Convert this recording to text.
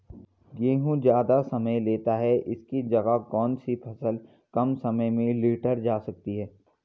गेहूँ ज़्यादा समय लेता है इसकी जगह कौन सी फसल कम समय में लीटर जा सकती है?